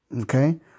Okay